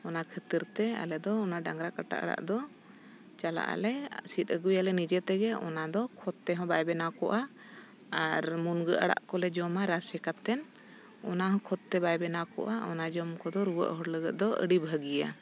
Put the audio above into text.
ᱚᱱᱟ ᱠᱷᱟᱹᱛᱤᱨ ᱛᱮ ᱟᱞᱮ ᱫᱚ ᱚᱱᱟ ᱰᱟᱝᱨᱟ ᱠᱟᱴᱟ ᱟᱲᱟᱜ ᱫᱚ ᱪᱟᱞᱟᱜ ᱟᱞᱮ ᱥᱤᱫ ᱟᱹᱜᱩᱭᱟᱞᱮ ᱱᱤᱡᱮ ᱛᱮᱜᱮ ᱚᱱᱟ ᱫᱚ ᱠᱷᱚᱛ ᱛᱮᱦᱚᱸ ᱵᱟᱭ ᱵᱮᱱᱟᱣ ᱠᱚᱜᱼᱟ ᱟᱨ ᱢᱩᱱᱜᱟᱹ ᱟᱲᱟᱜ ᱠᱚᱞᱮ ᱡᱚᱢᱟ ᱨᱟᱥᱮ ᱠᱟᱛᱮᱱ ᱚᱱᱟ ᱦᱚᱸ ᱠᱷᱚᱛᱛᱮ ᱵᱟᱭ ᱵᱮᱱᱟᱣ ᱠᱚᱜᱼᱟ ᱚᱱᱟ ᱡᱚᱢ ᱠᱚᱫᱚ ᱨᱩᱣᱟᱹᱜ ᱦᱚᱲ ᱞᱟᱹᱜᱤᱫ ᱫᱚ ᱟᱹᱰᱤ ᱵᱷᱟᱹᱜᱤᱭᱟ